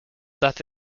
that